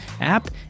app